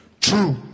True